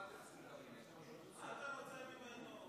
מה אתם צריכים קבינט, מה אתה רוצה ממנו?